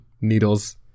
needles